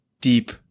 deep